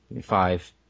five